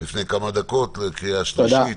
לפני כמה דקות, לקריאה שלישית.